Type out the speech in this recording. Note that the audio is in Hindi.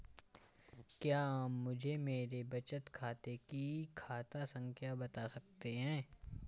क्या आप मुझे मेरे बचत खाते की खाता संख्या बता सकते हैं?